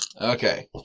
Okay